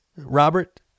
Robert